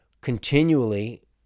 continually